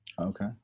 okay